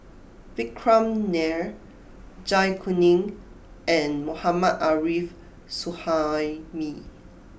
Vikram Nair Zai Kuning and Mohammad Arif Suhaimi